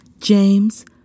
James